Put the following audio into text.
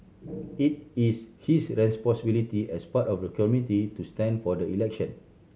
it is his responsibility as part of the community to stand for the election